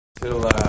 Till